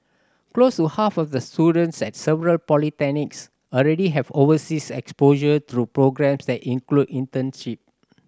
close to half of the students at several polytechnics already have overseas exposure through programmes that include internship